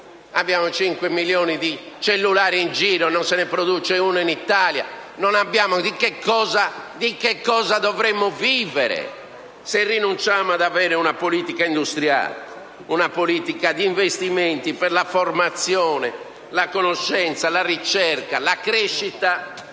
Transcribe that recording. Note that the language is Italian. abbiamo cinque milioni di cellulari nel Paese e non ne produciamo neanche uno? Di che cosa dovremmo vivere se rinunciamo ad avere una politica industriale, una politica di investimenti per la formazione, la conoscenza, la ricerca, la crescita